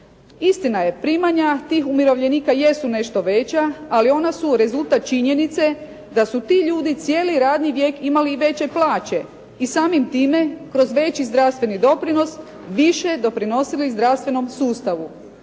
Istina je, primanja tih umirovljenika jesu nešto veća, ali ona su rezultat činjenice da su ti ljudi cijeli radni vijek imali i veće plaće i samim time kroz veći zdravstveni doprinos, više doprinosili zdravstvenom sustavu.